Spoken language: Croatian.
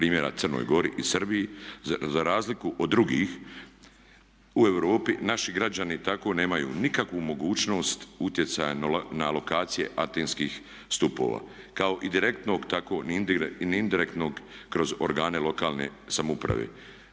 primjera Crnoj Gori i Srbiji za razliku od drugih u Europi naši građani tako nemaju nikakvu mogućnost utjecaja na lokacije antenskih stupova kao i direktnog tako ni indirektnog kroz organe lokalne samouprave.